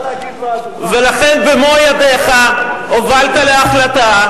ולכן במו-ידיך הובלת להחלטה,